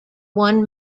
one